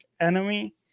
enemy